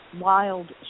wild